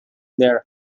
their